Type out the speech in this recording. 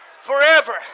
forever